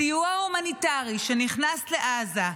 הסיוע ההומניטרי שנכנס לעזה,